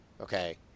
Okay